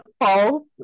false